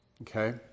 Okay